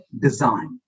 design